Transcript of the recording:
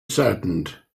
saddened